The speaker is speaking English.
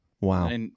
wow